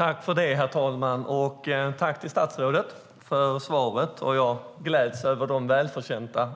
Herr talman! Jag tackar statsrådet för svaret och gläds över de välförtjänta